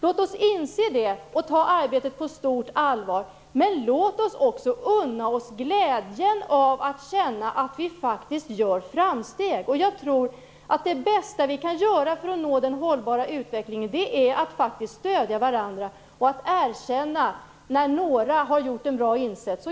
Låt oss inse det och ta arbetet på stort allvar! Men låt oss också unna oss glädjen av att känna att vi faktiskt gör framsteg! Jag tror att det bästa vi kan göra för att nå en hållbar utveckling är att stödja varandra och erkänna när några har gjort en bra insats.